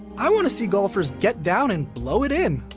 i wanna see golfers get down and blow it in.